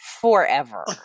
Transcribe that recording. forever